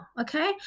okay